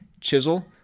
chisel